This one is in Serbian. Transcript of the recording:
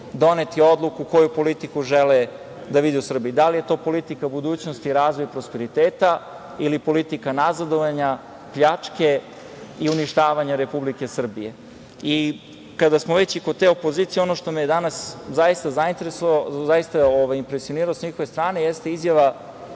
doneti odluku koju politiku žele da vide u Srbiji, da li je to politika budućnosti, razvoja i prosperiteta ili politika nazadovanja, pljačke i uništavanja Republike Srbije. Kada smo već kod te opozicije, ono što me je danas zaista impresioniralo sa njihove strane jeste izjava